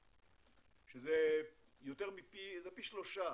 דולר, שזה פי שלושה